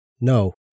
No